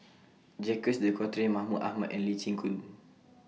Jacques De Coutre Mahmud Ahmad and Lee Chin Koon